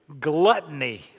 gluttony